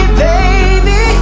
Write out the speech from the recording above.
baby